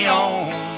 on